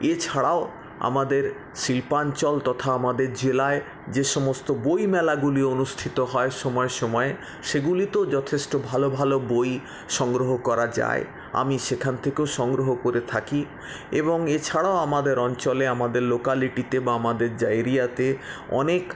এছাড়াও আমাদের শিল্পাঞ্চল তথা আমাদের জেলায় যে সমস্ত বইমেলাগুলি অনুষ্ঠিত হয় সময়ে সময়ে সেগুলিতেও যথেষ্ট ভালো ভালো বই সংগ্রহ করা যায় আমি সেখান থেকেও সংগ্রহ করে থাকি এবং এছাড়াও আমাদের অঞ্চলে আমাদের লোকালিটিতে বা আমাদের যা এরিয়াতে অনেক